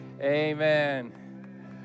amen